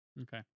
Okay